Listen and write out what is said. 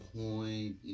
point